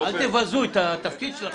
אל תבזו את התפקיד שלכם.